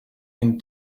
him